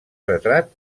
retrat